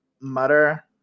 Mutter